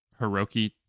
Hiroki